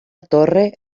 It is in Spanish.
torre